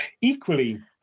equally